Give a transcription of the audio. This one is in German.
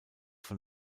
von